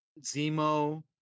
Zemo